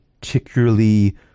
particularly